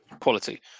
quality